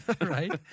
right